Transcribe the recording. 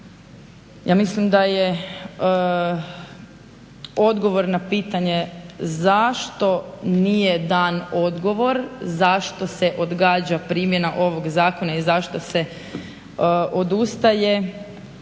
Ja mislim da je odgovor na pitanje zašto nije dan odgovor, zašto se odgađa primjena ovog zakona i zašto se odustaje